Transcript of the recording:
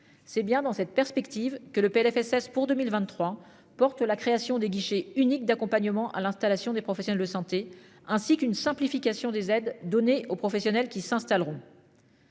c'est bien dans cette perspective que le Plfss pour 2023 porte la création des guichets uniques d'accompagnement à l'installation des professionnels de santé ainsi qu'une simplification des aides données aux professionnels qui s'installeront.--